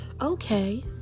Okay